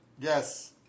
yes